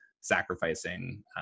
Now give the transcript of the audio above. sacrificing